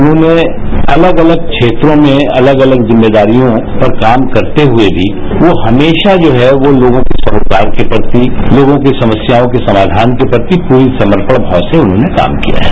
उन्होंने अलग अलग क्षेत्रों में अलग अलग जिम्मेदारियों पर काम करते हुए भी यो हमेशा जो है यो लोगों के सरोकार के प्रति लोगों की समस्याओं के समाधान के प्रति पूरे समर्थण भाव से उन्होंने काम किया है